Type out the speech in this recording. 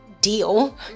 deal